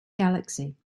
galaxy